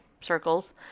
circles